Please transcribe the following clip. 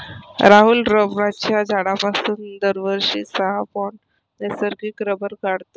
राहुल रबराच्या झाडापासून दरवर्षी सहा पौंड नैसर्गिक रबर काढतो